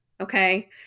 Okay